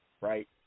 right